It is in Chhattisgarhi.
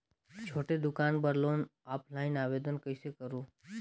छोटे दुकान बर लोन ऑफलाइन आवेदन कइसे करो?